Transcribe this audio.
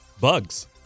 Bugs